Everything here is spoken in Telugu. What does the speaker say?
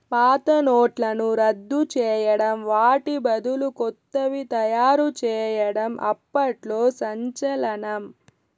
పాత నోట్లను రద్దు చేయడం వాటి బదులు కొత్తవి తయారు చేయడం అప్పట్లో సంచలనం